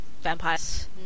vampires